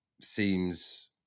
seems